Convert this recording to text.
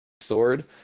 sword